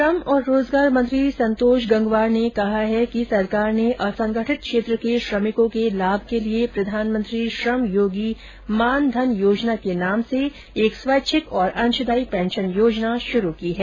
श्रम और रोजगार मंत्री संतोष गंगवार ने कहा कि सरकार ने असंगठित क्षेत्र के श्रमिकों को लाभ के लिए प्रधानमंत्री श्रम योगी मानधन योजना के नाम से एक स्वैच्छिक और अंशदायी पेंशन योजना शुरू की है